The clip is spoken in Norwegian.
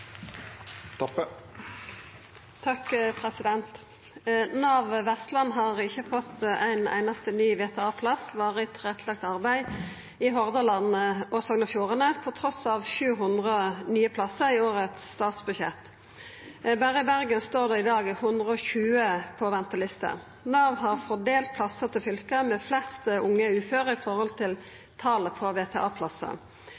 Vestland har ikkje fått ein einaste ny VTA-plass i Hordaland og Sogn og Fjordane på tross av 700 nye plassar i årets statsbudsjett. Berre i Bergen står det i dag 120 på venteliste. Nav har fordelt plassar til fylka med flest unge uføre i forhold